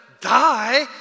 die